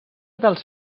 dels